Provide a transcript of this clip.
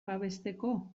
babesteko